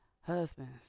husbands